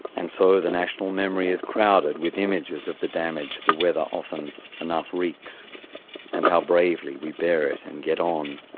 and so the national memory is crowded with images of the damage the weather often enough wreaks and how bravely we bear it and get on.